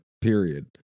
period